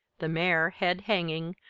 the mare, head hanging,